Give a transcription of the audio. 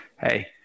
hey